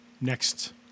next